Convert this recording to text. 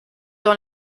dans